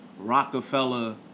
Rockefeller